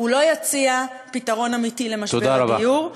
לא יציע פתרון אמיתי למשבר הדיור,